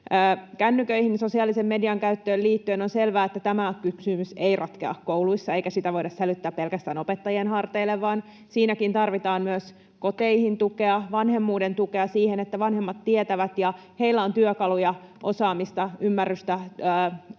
Kännyköihin, sosiaalisen median käyttöön liittyen on selvää, että tämä kysymys ei ratkea kouluissa eikä sitä voida sälyttää pelkästään opettajien harteille, vaan siinäkin tarvitaan myös koteihin tukea, vanhemmuuden tukea siihen, että vanhemmat tietävät ja heillä on työkaluja, osaamista, ymmärrystä